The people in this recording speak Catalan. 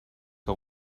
que